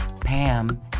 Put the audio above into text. Pam